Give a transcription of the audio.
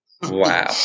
Wow